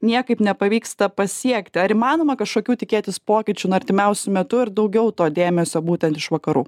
niekaip nepavyksta pasiekti ar įmanoma kažkokių tikėtis pokyčių na artimiausiu metu ir daugiau to dėmesio būtent iš vakarų